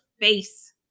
face